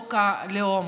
חוק הלאום.